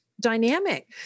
dynamic